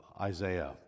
Isaiah